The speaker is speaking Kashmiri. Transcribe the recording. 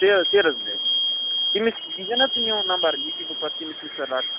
سے سیلٕز مین تٔمِس دِی زِ نا ژٕ میٛون نمبر یِتھُے بہٕ پَتہٕ تٔمِس نِش سُہ رَٹہٕ